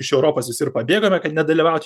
iš europos visi ir pabėgome kad nedalyvaut